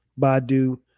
Badu